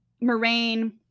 Moraine